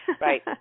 Right